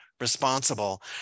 responsible